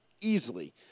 easily